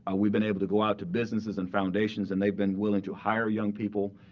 ah we've been able to go out to businesses and foundations and they've been willing to hire young people,